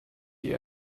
die